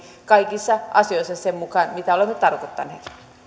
kaikissa asioissa sen mukaan mitä olemme tarkoittaneet